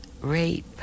rape